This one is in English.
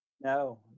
no